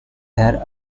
there